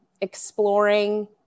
exploring